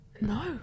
no